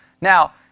Now